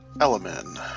Element